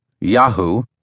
Yahoo